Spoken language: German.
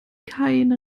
keine